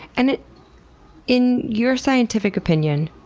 and in your scientific opinion,